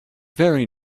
very